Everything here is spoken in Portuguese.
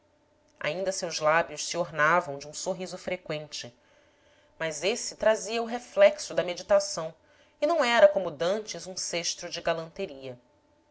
ainda seus lábios se ornavam de um sorriso freqüente mas esse trazia o reflexo da meditação e não era como dantes um sestro de galanteria